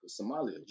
Somalia